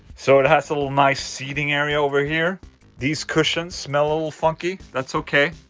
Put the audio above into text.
so it has a little nice seating area over here these cushions smell a little funky, that's okay.